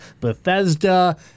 Bethesda